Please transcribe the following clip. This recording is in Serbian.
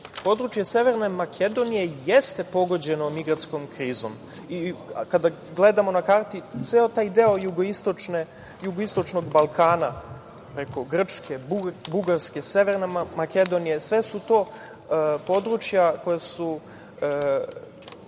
Područje Severne Makedonije jeste pogođeno migrantskom krizom i kada gledamo na karti ceo taj deo jugoistočnog Balkana, preko Grčke, Bugarske, Severne Makedonije, sve su to područja koja su,